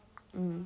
mm